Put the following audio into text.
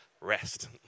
Rest